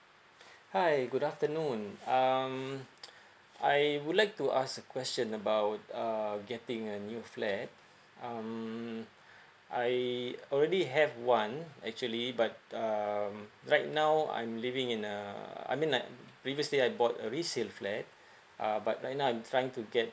hi good afternoon um I would like to ask a question about uh getting a new flat um I already have one actually but um right now I'm living in a I mean like previously I bought resale flat uh but right now I'm trying to get